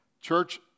Church